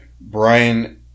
Brian